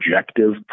objective